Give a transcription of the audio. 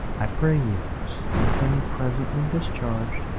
i pray you see him presently discharg'd,